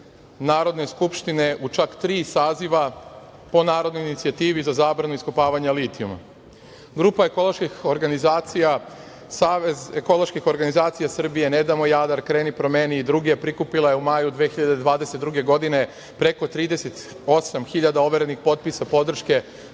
Narodne skupštine u čak tri saziva po Narodnoj inicijativi za zabranu iskopavanja litijuma. Grupa ekoloških organizacija, Savez ekoloških organizacija Srbije, Ne damo Jadar, Kreni-promeni i druge, prikupila je u maju 2022. godine preko 38.000 overenih potpisa podrške